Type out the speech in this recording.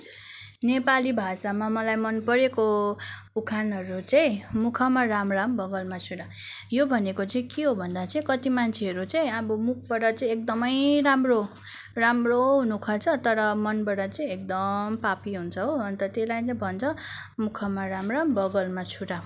नेपाली भाषामा मलाई मनपरेको उखानहरू चाहिँ मुखमा राम राम बगलमा छुरा यो भनेको चाहिँ के हो भन्दा चाहिँ कति मान्छेहरू चाहिँ अब मुखबाट चाहिँ एकदमै राम्रो राम्रो हुनुखोज्छ तर मनबाट चाहिँ एकदम पापी हुन्छ हो अन्त त्यहीलाई नै भन्छ मुखमा राम राम बगलमा छुरा